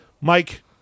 Mike